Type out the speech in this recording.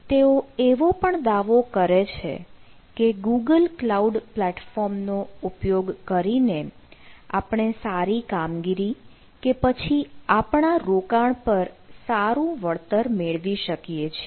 તેઓ એવો પણ દાવો કરે છે કે ગૂગલ કલાઉડ પ્લેટફોર્મ નો ઉપયોગ કરીને આપણે સારી કામગીરી કે પછી આપણા રોકાણ પર સારું વળતર મેળવી શકીએ છીએ